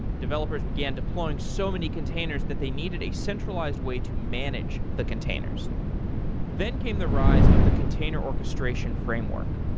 developers began deploying so many containers that they needed a centralized way to manage the containers then came the rise of the container orchestration framework.